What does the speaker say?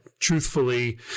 truthfully